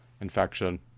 infection